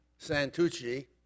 Santucci